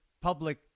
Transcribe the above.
public